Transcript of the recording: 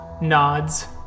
nods